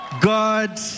God